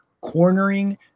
cornering